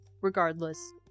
regardless